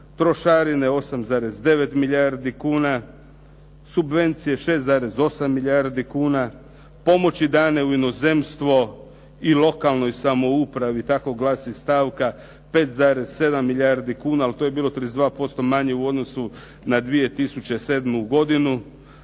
trošarine 8,9 milijardi kuna, subvencije 6,8 milijardi kuna, pomoći dane u inozemstvo i lokalnoj samoupravi tako glasi stavka 5,7 milijardi kuna. Ali to je bilo 32% manje u odnosu na 2007. godinu